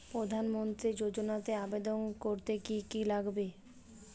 প্রধান মন্ত্রী যোজনাতে আবেদন করতে হলে কি কী লাগবে?